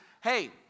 Hey